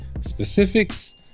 specifics